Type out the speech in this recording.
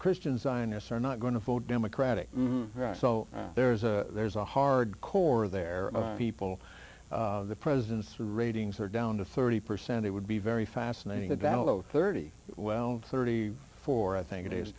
christian zionists are not going to vote democratic right so there's a there's a hard core of their people the president's ratings are down to thirty percent it would be very fascinating the battle over thirty well thirty four i think it is